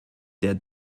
der